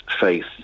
faith